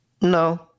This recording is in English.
No